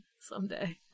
Someday